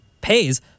pays